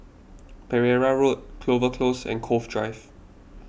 Pereira Road Clover Close and Cove Drive